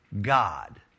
God